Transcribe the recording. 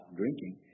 drinking